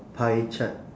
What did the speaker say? pie chart